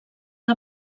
que